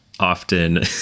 often